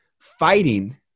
fighting